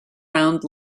round